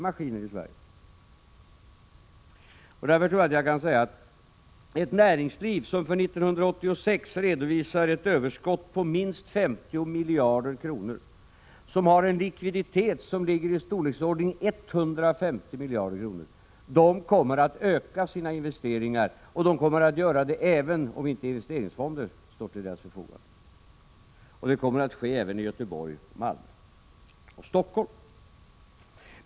Därför tror jag att jag kan säga att ett näringsliv som för 1986 redovisar ett överskott på minst 50 miljarder kronor, som har en likviditet i storleksordningen 150 miljarder kronor, kommer att öka sina investeringar, även om inte investeringsfonder står till deras förfogande. Det kommer att ske i Göteborg, Malmö och Stockholm.